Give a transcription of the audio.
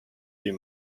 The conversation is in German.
die